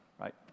right